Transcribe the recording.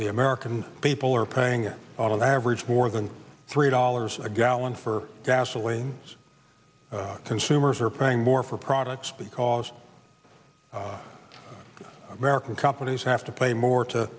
the american people are paying a lot of average more than three dollars a gallon for gasoline so consumers are paying more for products because american companies have to pay more to